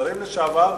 שרים לשעבר,